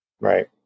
Right